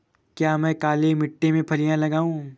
क्या मैं काली मिट्टी में फलियां लगाऊँ?